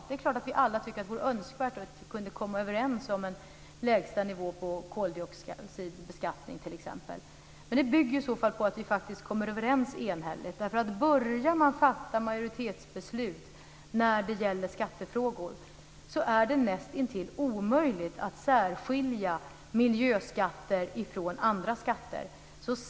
Det är klart att vi alla tycker att det vore önskvärt om vi kunde komma överens om en lägsta nivå t.ex. på koldioxidbeskattningen. Men det bygger i så fall på att vi kommer överens enhälligt. Börjar man fatta majoritetsbeslut när det gäller skattefrågor är det näst intill omöjligt att särskilja miljöskatter från andra skatter.